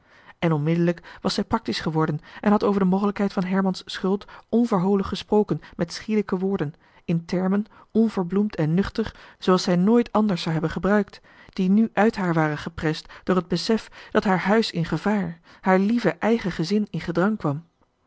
en onmiddellijk was zij praktisch geworden en had over de mogelijkheid van herman's schuld onverholen gesproken met schielijke woorden in termen onverbloemd en nuchter zooals zij nooit anders zou hebben gebruikt die nu uit haar waren geprest door het besef dat haar huis in gevaar haar lieve eigen gezin in gedrang kwam